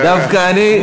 דווקא אני,